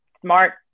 smart